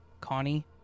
Connie